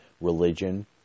religion